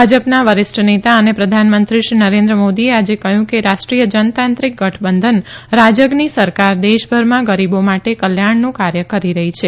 ભાજપના વરિષ્ઠ નેતા અને પ્રધાનમંત્રી શ્રી નરેન્દ્ર મોદીએ આજે કહ્યું કે રાષ્ટ્રીય જનતાંત્રિક ગઠબંધન રાજગની સરકાર દેશભરમાં ગરીબો માટે કલ્યાણનું કાર્ય કરી રહી છે